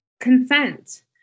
consent